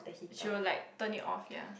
she will like turn it off ya